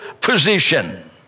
position